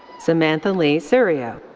samantha lee serio.